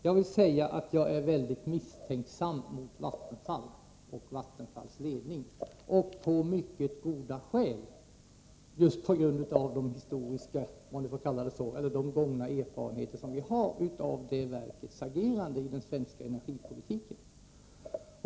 Jag är emellertid mycket misstänksam mot Vattenfall och dess ledning och ” detta av mycket goda skäl, nämligen just på grund av de erfarenheter som vi har av detta verks agerande i den svenska energipolitiken.